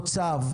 או צו,